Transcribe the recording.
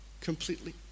completely